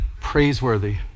praiseworthy